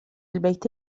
البيت